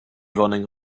running